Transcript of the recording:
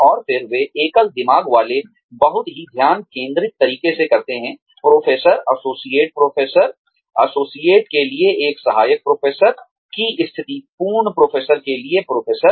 और फिर वे एकल दिमाग वाले बहुत ही ध्यान केंद्रित तरीके से कहते हैं प्रोफेसर एसोसिएट प्रोफेसर एसोसिएट के लिए एक सहायक प्रोफेसर की स्थिति पूर्ण प्रोफेसर के लिए प्रोफेसर